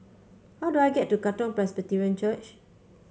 how do I get to Katong Presbyterian Church